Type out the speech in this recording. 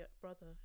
Brother